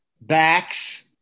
Backs